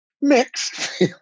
Mixed